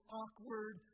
awkward